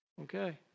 Okay